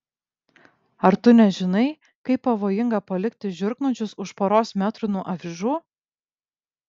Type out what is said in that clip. ar tu nežinai kaip pavojinga palikti žiurknuodžius už poros metrų nuo avižų